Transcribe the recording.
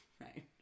Right